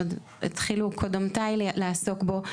ועוד התחילו קודמותיי לעסוק בו,